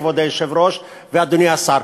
כבוד היושב-ראש ואדוני השר.